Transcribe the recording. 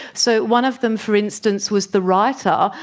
so one of them, for instance, was the writer,